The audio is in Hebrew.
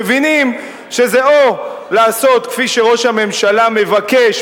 מבינים שזה או לעשות כפי שראש הממשלה מבקש,